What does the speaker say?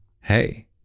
hey